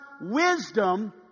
wisdom